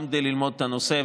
גם כדי ללמוד את הנושא,